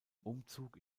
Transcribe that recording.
umzug